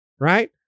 right